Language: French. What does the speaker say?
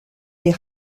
est